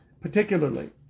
particularly